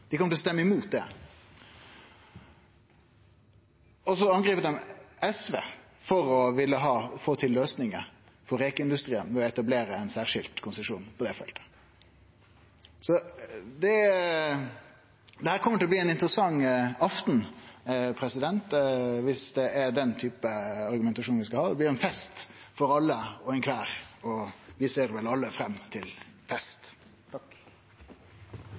SV for å ville få til løysingar for rekeindustrien ved å etablere ein særskild konsesjon på det feltet. Det kjem til å bli ein interessant aftan om det er den typen argumentasjon vi skal ha. Det blir ein fest for alle, og vi ser vel alle fram til fest.